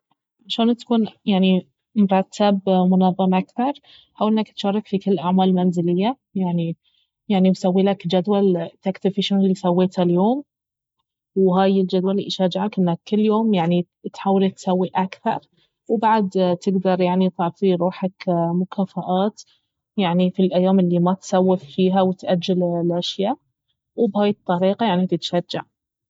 عشان تكون يعني مرتب منظم اكثر حاول انك تشارك في كل الاعمال المنزلية يعني يعني وسويلك جدول تكتب فيه شنو الي سويته اليوم وهاي الجدول يشجعك انك كل يوم يعني تحاول تسوي اكثر وبعد تقدر يعني تعطي روحك مكافآت يعني في الأيام الي ما تسوف فيها وتاجل الأشياء وبهاي الطريقة يعني تتشجع